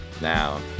now